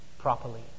properly